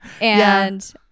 and-